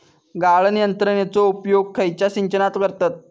गाळण यंत्रनेचो उपयोग खयच्या सिंचनात करतत?